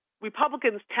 Republicans